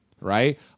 right